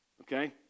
okay